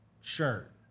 shirt